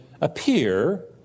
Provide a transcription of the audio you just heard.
appear